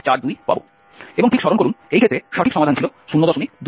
এবং ঠিক স্মরণ করুন এই ক্ষেত্রে সঠিক সমাধান ছিল 025541